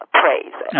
praise